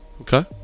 Okay